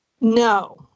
No